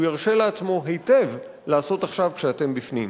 הוא ירשה לעצמו היטב לעשות עכשיו כשאתם בפנים.